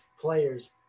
players